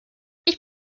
ich